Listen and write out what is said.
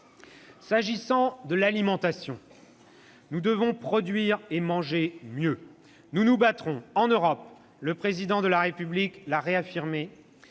S'agissant de l'alimentation, nous devons produire et manger mieux. « Nous nous battrons en Europe- le Président de la République l'a réaffirmé